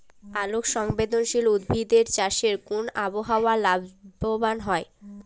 আলোক সংবেদশীল উদ্ভিদ এর চাষ কোন আবহাওয়াতে লাভবান হয়?